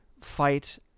fight